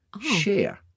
share